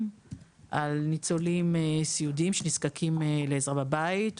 וניצולים סיעודיים שנזקקים לעזרה בבית,